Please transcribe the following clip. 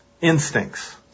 instincts